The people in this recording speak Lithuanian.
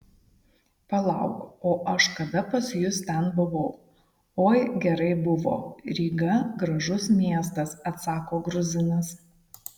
palauk o aš kada pas jus ten buvau oi gerai buvo ryga gražus miestas atsako gruzinas